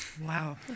Wow